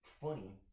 funny